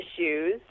issues